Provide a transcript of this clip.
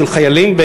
של חיילים,